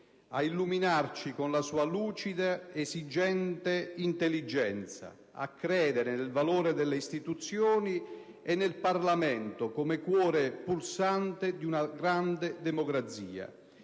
ad illuminarci con la sua lucida ed esigente intelligenza, a credere nel valore delle istituzioni e nel Parlamento come cuore pulsante di una grande democrazia.